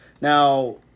Now